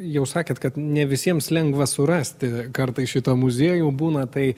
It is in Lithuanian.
jau sakėt kad ne visiems lengva surasti kartai šitą muziejų būna tai